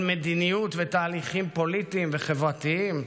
על מדיניות ותהליכים פוליטיים וחברתיים,